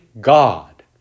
God